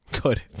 Good